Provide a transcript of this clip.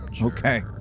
Okay